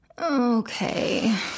Okay